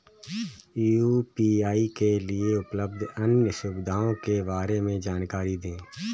UPI के लिए उपलब्ध अन्य सुविधाओं के बारे में जानकारी दें?